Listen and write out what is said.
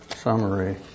Summary